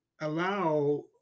allow